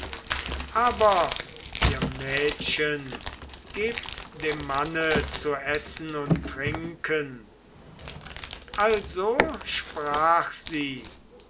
aber ihr mädchen gebt dem manne zu essen und trinken also sprach sie